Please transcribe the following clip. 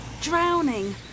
Drowning